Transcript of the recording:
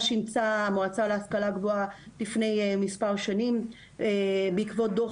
שאימצה המועצה להשכלה גבוהה לפני מספר שנים בעקבות דוח